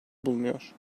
bulunuyor